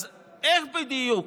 אז איך בדיוק?